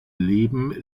leben